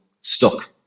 stuck